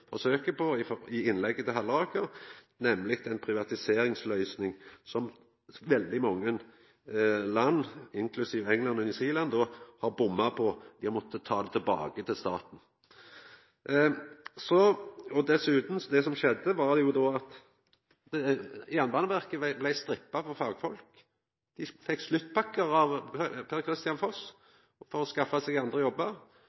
nemleg ei privatiseringsløysing som veldig mange land, inklusiv England og New Zealand, har bomma på. Dei har måtta ta det tilbake til staten. Dessutan var det som skjedde at Jernbaneverket blei strippa for fagfolk. Dei fekk sluttpakkar av Per-Kristian Foss for å skaffa seg andre jobbar,